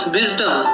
wisdom